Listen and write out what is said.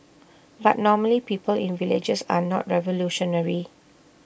but normally people in villages are not revolutionary